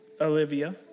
Olivia